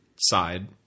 side